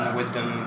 wisdom